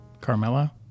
Carmela